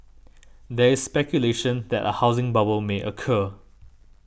there is speculation that a housing bubble may occur